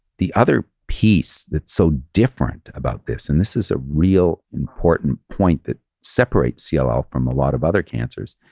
the other piece that's so different about this, and this is a real important point that separate cll ah ah from a lot of other cancers,